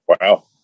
Wow